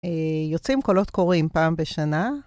יוצאים קולות קוראים פעם בשנה.